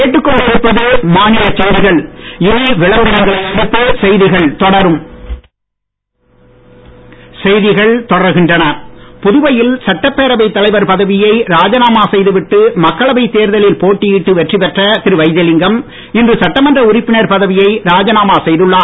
வைத்திலிங்கம் புதுவையில் சட்டப்பேரவைத் தலைவர் பதவியை ராஜினாமா செய்து விட்டு மக்களவை தேர்தலில் போட்டியிட்டு வெற்றி பெற்ற திரு வைத்திலிங்கம் இன்று சட்டமன்ற உறுப்பினர் பதவியை ராஜினாமா செய்துள்ளார்